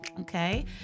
Okay